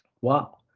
wow